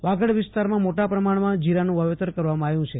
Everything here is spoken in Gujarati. વાગડ વિસ્તારમાં મોટા પ્રમાણમાં જીરાનું વાવેતર કરવામાં આવ્યું છે